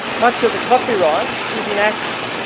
much of the copyright is inactive.